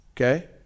Okay